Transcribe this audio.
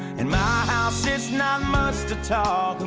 and my house? it's not much to talk